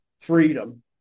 freedom